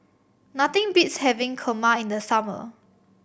nothing beats having Kheema in the summer